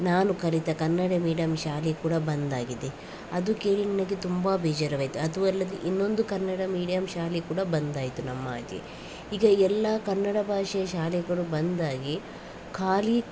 ನಾನು ಕಲಿತ ಕನ್ನಡ ಮೀಡಿಯಂ ಶಾಲೆ ಕೂಡ ಬಂದ್ ಆಗಿದೆ ಅದು ಕೇಳಿ ನನಗೆ ತುಂಬಾ ಬೇಜಾರಾಯ್ತು ಅದು ಅಲ್ಲದೆ ಇನ್ನೊಂದು ಕನ್ನಡ ಮೀಡಿಯಂ ಶಾಲೆ ಕೂಡ ಬಂದ್ ಆಯಿತು ನಮ್ಮ ಆಚೆ ಈಗ ಎಲ್ಲ ಕನ್ನಡ ಭಾಷೆ ಶಾಲೆಗಳು ಬಂದಾಗಿ ಖಾಲಿ